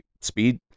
Speed